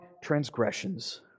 transgressions